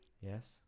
Yes